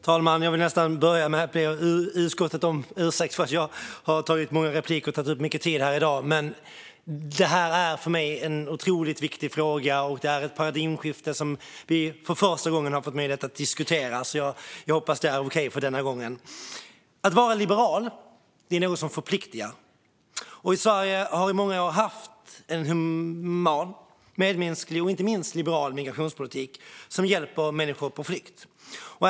Fru talman! Jag vill nästan börja med att be utskottet om ursäkt för att jag har begärt många repliker och tagit upp mycket tid här i dag, men det här är en otroligt viktig fråga för mig. Det är ett paradigmskifte som vi för första gången har fått möjlighet att diskutera, så jag hoppas att det är okej för den här gången. Att vara liberal är något som förpliktar. Sverige har i många år haft en human, medmänsklig och inte minst liberal migrationspolitik som hjälper människor på flykt.